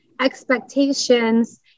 expectations